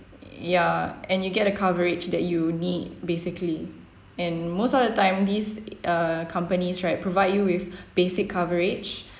ya and you get a coverage that you need basically and most of the time these err companies right provide you with basic coverage